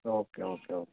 okay okay okay